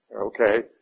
Okay